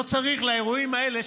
לאירועים האלה,